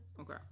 Okay